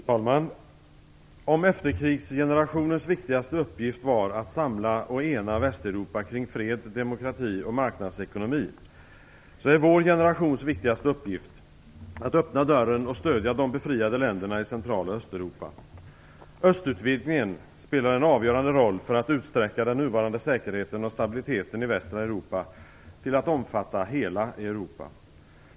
Fru talman! Om efterkrigsgenerationens viktigaste uppgift var att samla och ena Västeuropa kring fred, demokrati och marknadsekonomi, är vår generations viktigaste uppgift att öppna dörren och stödja de befriade länderna i Central och Östeuropa. Östutvidgningen spelar en avgörande roll för att utsträcka den nuvarande säkerheten och stabiliteten i västra Europa till att omfatta hela Europa.